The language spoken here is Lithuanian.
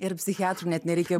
ir psichiatrui net nereikia